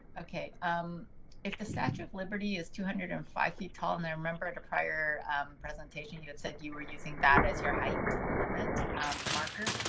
okay um if the statue of liberty is two hundred and five feet tall and i remember at a prior presentation you had said, you were using that as your height limit marker.